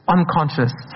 Unconscious